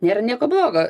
nėra nieko blogo